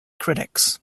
critics